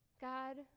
God